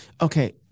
Okay